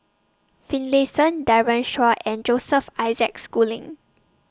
Finlayson Daren Shiau and Joseph Isaac Schooling